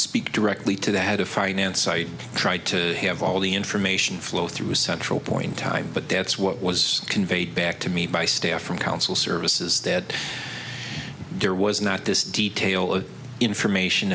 speak directly to the had a finance site tried to have all the information flow through a central point type but that's what was conveyed back to me by staff from council services that there was not this detail of information